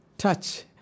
touch